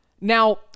Now